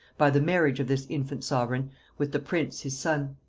by the marriage of this infant sovereign with the prince his son.